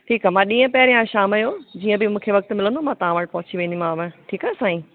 ठीकु आहे मां ॾींहुं पहर या शाम जो जीअं बि मूंखे वक़्ति मिलंदो मां तव्हां वटि पहुची वेंदीमांव ठीकु आहे साईं